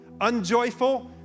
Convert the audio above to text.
Unjoyful